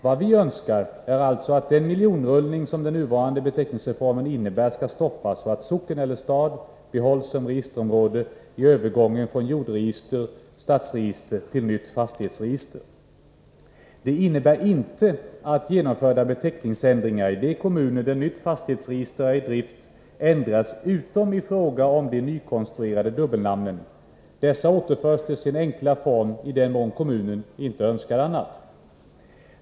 Vad vi önskar är alltså att den miljonrullning som den nuvarande beteckningsreformen innebär skall stoppas och att socken eller stad behålls som registerområde i övergången från jordregister/stadsregister till nytt fastighetsregister. Det innebär inte att genomförda beteckningsändringar i de kommuner där nytt fastighetsregister är i drift ändras utom i fråga om de nykonstruerade dubbelnamnen. Dessa återförs till sin enkla form i den mån kommunen inte önskar annat.